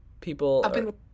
people